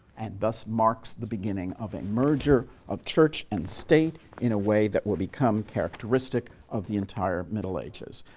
and thus marks the beginning of a merger of church and state in a way that would become characteristic of the entire middle ages.